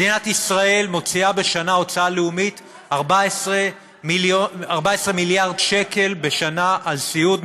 מדינת ישראל מוציאה בשנה הוצאה לאומית של 14 מיליארד שקל בשנה על סיעוד,